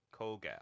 kogal